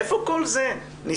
איפה כל זה נספר?